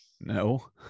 No